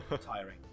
Tiring